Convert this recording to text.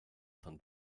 van